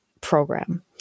program